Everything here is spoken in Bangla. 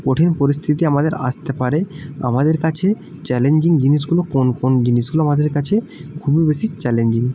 কঠিন পরিস্থিতি আমাদের আসতে পারে আমাদের কাছে চ্যালেঞ্জিং জিনিসগুলো কোন কোন জিনিসগুলো আমাদের কাছে খুবই বেশি চ্যালেঞ্জিং